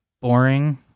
boring